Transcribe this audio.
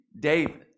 David